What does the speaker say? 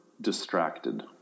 distracted